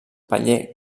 paller